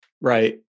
Right